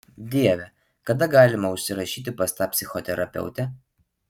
dieve kada galima užsirašyti pas tą psichoterapeutę